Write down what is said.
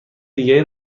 دیگری